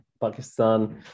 pakistan